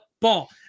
ball